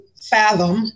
fathom